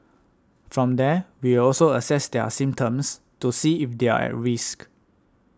from there we'll also assess their symptoms to see if they're a risk